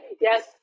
yes